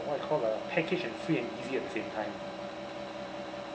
what you call uh package and free and easy at the same time